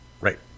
Right